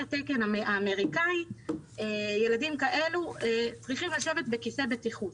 התקן האמריקאי ילדים כאלה צריכים לשבת בכיסא בטיחות.